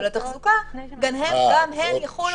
התחזוקה גם הן יחולו על כלל הדיירים.